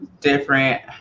different